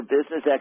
Business